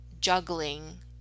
juggling